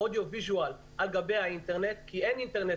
אודיו ויז'ואל על גבי האינטרנט כי אין אינטרנט